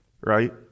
Right